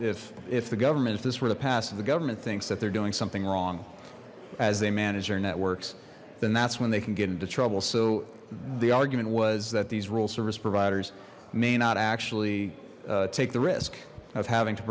if if the government if this were the past if the government thinks that they're doing something wrong as they manage our networks then that's when they can get into trouble so the argument was that these rural service providers may not actually take the risk of having to